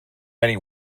many